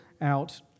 out